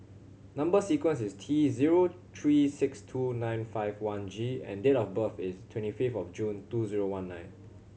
number sequence is T zero three six two nine five one G and date of birth is twenty fifth of June two zero one nine